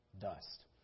dust